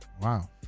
Wow